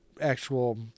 actual